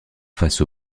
face